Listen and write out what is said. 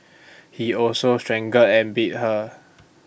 he also strangled and beat her